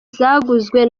zaguzwe